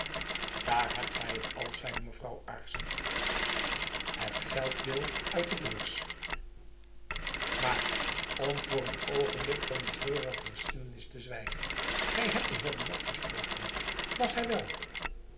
daar hebt gy het al zeide mevrouw aarssen het gelt wil uit de beurs maar om voor een oogenblik van die treurige geschiedenis te zwijgen gy hebt den heer buat gesproken was hy wel